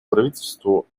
правительству